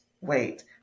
wait